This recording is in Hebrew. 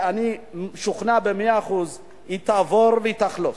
אני משוכנע במאה אחוז, היא תעבור ותחלוף.